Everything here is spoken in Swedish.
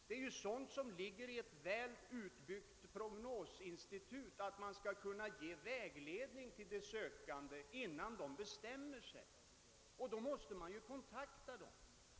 Det ligger ju i ett väl utbyggt prognosinstität att man skall kunna ge vägledning till de sökande innan de bestämmer sig, och då måste man naturligtvis kontakta dem.